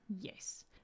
Yes